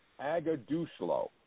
Agadushlo